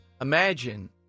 Imagine